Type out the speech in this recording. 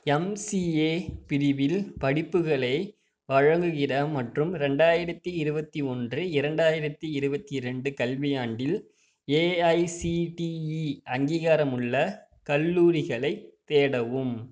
MCA பிரிவில் படிப்புகளை வழங்குகிற மற்றும் ரெண்டாயிரத்து இருபத்தி ஒன்று இரண்டாயிரத்து இருபத்தி ரெண்டு கல்வியாண்டில் ஏஐசிடிஇ அங்கீகாரமுள்ள கல்லூரிகளைத் தேடவும்